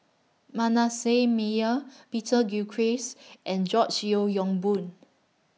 Manasseh Meyer Peter Gilchrist and George Yeo Yong Boon